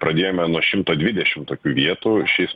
pradėjome nuo šimto dviedšim tokių vietų šiais